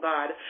God